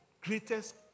greatest